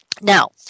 Now